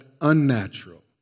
unnatural